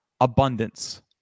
Abundance